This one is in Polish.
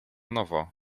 nowo